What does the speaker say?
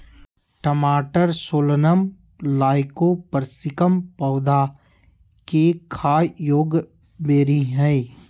टमाटरसोलनम लाइकोपर्सिकम पौधा केखाययोग्यबेरीहइ